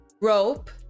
rope